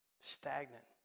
stagnant